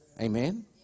Amen